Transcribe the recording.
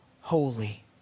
holy